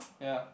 ya